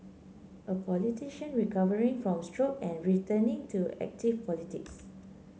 a politician recovering from stroke and returning to active politics